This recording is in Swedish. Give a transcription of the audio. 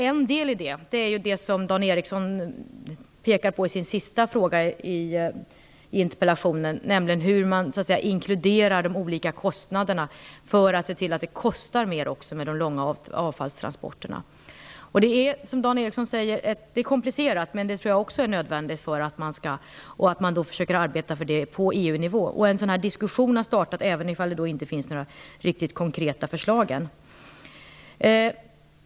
En del i detta är det som Dan Ericsson pekar på i sin sista fråga i interpellationen, nämligen hur man inkluderar de olika kostnaderna för att se till att de långa avfallstransporterna skall kosta mer. Som Dan Ericsson säger är detta komplicerat. Men jag tror att det är nödvändigt och att man skall arbeta för detta på EU-nivå. En diskussion har inletts, även om det inte finns några riktigt konkreta förslag ännu.